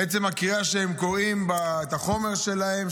עצם הקריאה שבה הם קוראים את החומר שלהם,